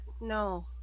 no